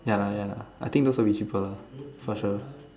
ya lah ya lah I think those will be cheaper for sure